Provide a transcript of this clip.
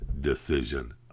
decision